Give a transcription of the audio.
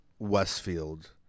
Westfield